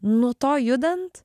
nuo to judant